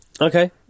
Okay